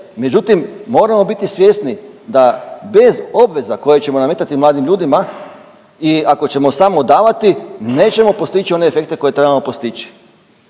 Međutim, moramo biti svjesni da bez obveza koje ćemo nametati mladim ljudima i ako ćemo samo davati nećemo postići one efekte koje trebamo postići.